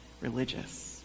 religious